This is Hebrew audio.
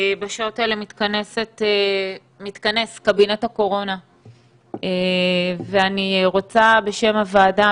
בשעות האלה מתכנס קבינט הקורונה ואני רוצה בשם הוועדה,